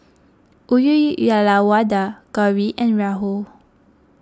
Uyyalawada Gauri and Rahul